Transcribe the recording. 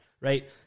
right